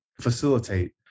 facilitate